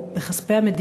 או בכספי המדינה,